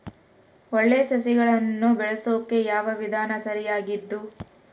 ಒಳ್ಳೆ ಸಸಿಗಳನ್ನು ಬೆಳೆಸೊಕೆ ಯಾವ ವಿಧಾನ ಸರಿಯಾಗಿದ್ದು?